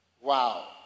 Wow